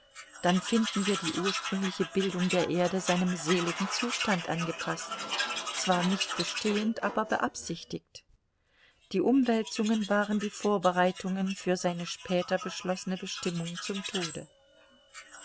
dann finden wir die ursprüngliche bildung der erde seinem seligen zustand angepaßt zwar nicht bestehend aber beabsichtigt die umwälzungen waren die vorbereitungen für seine später beschlossene bestimmung zum tode